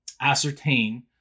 ascertain